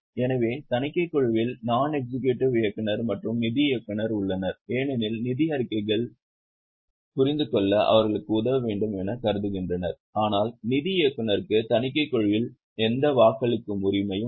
எனவே தணிக்கைக் குழுவில் நாண் எக்ஸிக்யூடிவ் இயக்குநர் மற்றும் நிதி இயக்குனர் உள்ளனர் ஏனெனில் நிதி அறிக்கைகள் நிதி அறிக்கைகளைப் புரிந்துகொள்ள அவர்களுக்கு உதவ வேண்டும் என்று கருதுகின்றனர் ஆனால் நிதி இயக்குநருக்கு தணிக்கைக் குழுவில் எந்த வாக்களிக்கும் உரிமையும் இல்லை